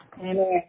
Amen